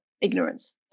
ignorance